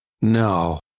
No